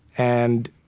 and,